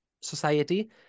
society